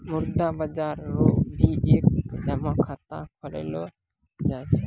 मुद्रा बाजार रो भी एक जमा खाता खोललो जाय छै